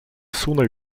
sooner